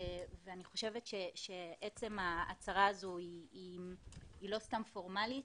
עצם ההצהרה הזו היא לא סתם פורמלית,